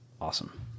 awesome